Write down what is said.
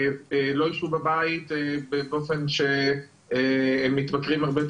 לא ישבו בבית באופן שהם מתמכרים הרבה יותר